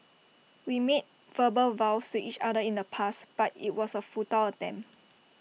we made verbal vows to each other in the past but IT was A futile attempt